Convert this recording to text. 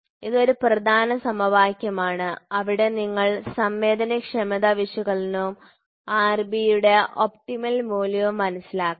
ഇത് ഒരു പ്രധാന സമവാക്യമാണ് അവിടെ നിങ്ങൾ സംവേദനക്ഷമത വിശകലനവും Rb യുടെ ഒപ്റ്റിമൽ മൂല്യവും മനസ്സിലാക്കണം